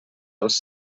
als